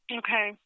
okay